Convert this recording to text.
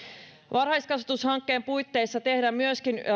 varhaiskasvatushankkeen puitteissa tehdään myöskin